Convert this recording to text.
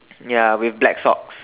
ya with black socks